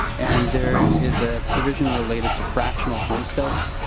and there is a provision related to fractional homestead.